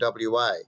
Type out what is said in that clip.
WA